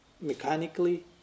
mechanically